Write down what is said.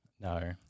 No